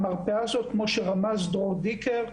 כמו שרמז דרור דיקר,